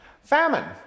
Famine